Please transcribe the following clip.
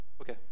Okay